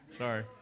Sorry